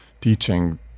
teaching